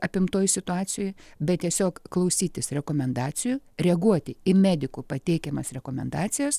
apimtoj situacijoj bet tiesiog klausytis rekomendacijų reaguoti į medikų pateikiamas rekomendacijas